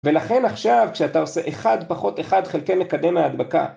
ולכן עכשיו כשאתה עושה 1-1 חלקי מקדם ההדבקה